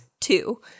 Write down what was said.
Two